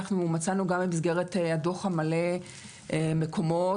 מצאנו במסגרת הדוח המלא מקומות,